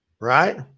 right